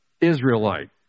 Israelite